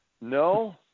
No